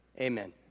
Amen